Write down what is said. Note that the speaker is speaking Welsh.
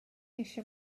eisiau